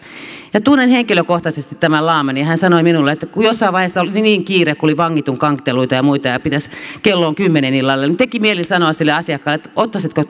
tunnen henkilökohtaisesti tämän laamannin ja hän sanoi minulle että kun jossain vaiheessa oli niin niin kiire kun oli vangitun kanteluita ja muita ja kello on kymmenellä illalla niin teki mieli sanoa sille asiakkaalle että ottaisitko